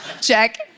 Check